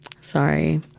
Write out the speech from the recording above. Sorry